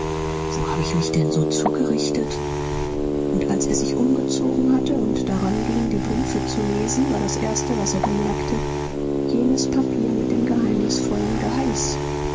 wo habe ich mich denn so zugerichtet und als er sich umgezogen hatte und daran ging die briefe zu lesen war das erste was er bemerkte jenes papier mit dem geheimnisvollen